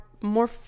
more